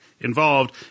involved